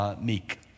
Meek